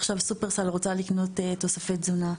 עכשיו שופרסל רוצה לקנות תוספי תזונה.